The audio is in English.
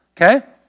Okay